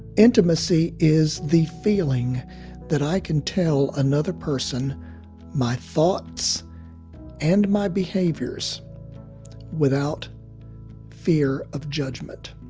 intimacy is the feeling that i can tell another person my thoughts and my behaviors without fear of judgment.